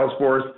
Salesforce